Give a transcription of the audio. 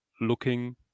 looking